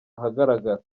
ahagaragara